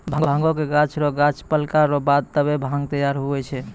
भांगक गाछ रो गांछ पकला रो बाद तबै भांग तैयार हुवै छै